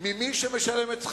של מי שמשלם את שכרם.